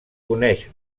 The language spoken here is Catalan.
coneix